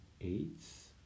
AIDS